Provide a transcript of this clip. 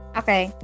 okay